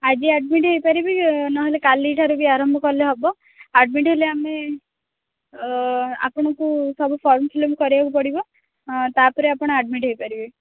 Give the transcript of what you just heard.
ଆଜି ଆଡମିଟ୍ ହୋଇପାରିବେ ନହେଲେ କାଲି ଠାରୁ ବି ଆରମ୍ଭ କଲେ ହେବ ଆଡମିଟ୍ ହେଲେ ଆମେ ଆପଣଙ୍କୁ ସବୁ ଫର୍ମ୍ ଫିଲଅପ୍ କରିବାକୁ ପଡ଼ିବ ତାପରେ ଆପଣ ଆଡମିଟ୍ ହୋଇପାରିବେ